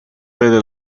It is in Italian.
vede